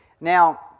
Now